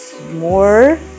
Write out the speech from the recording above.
more